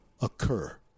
occur